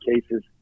cases